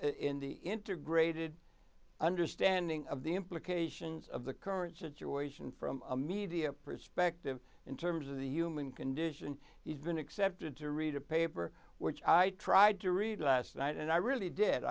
in the integrated understanding of the implications of the current situation from a media perspective in terms of the human condition he's been accepted to read a paper which i tried to read last night and i really did